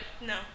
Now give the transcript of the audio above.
No